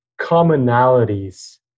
commonalities